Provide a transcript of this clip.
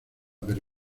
pero